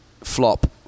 flop